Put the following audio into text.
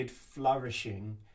flourishing